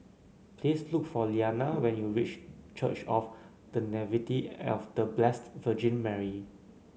please look for Lilliana when you wish Church of The Nativity of The Blessed Virgin Mary